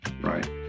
right